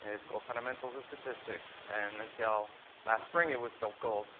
and it's called fundamentals of statistics. and until last spring, it was still called